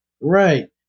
Right